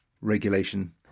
regulation